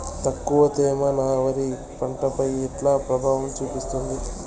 తక్కువ తేమ నా వరి పంట పై ఎట్లా ప్రభావం చూపిస్తుంది?